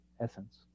essence